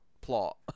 plot